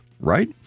right